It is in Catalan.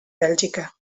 bèlgica